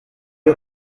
you